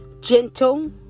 Gentle